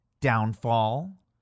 Downfall